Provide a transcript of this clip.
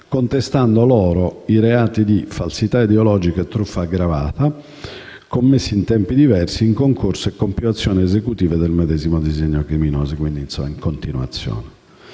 contestando loro i reati di falsità ideologica e truffa aggravata, commessi in tempi diversi, in concorso e con più azioni esecutive del medesimo disegno criminoso,